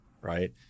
right